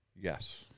Yes